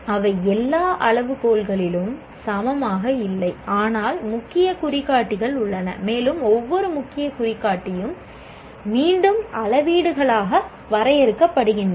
அவை எல்லா அளவுகோல்களிலும் சமமாக இல்லை ஆனால் முக்கிய குறிகாட்டிகள் உள்ளன மேலும் ஒவ்வொரு முக்கிய குறிகாட்டியும் மீண்டும் அளவீடுகளாக வரையறுக்கப்படுகின்றன